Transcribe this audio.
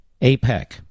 APEC